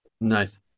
Nice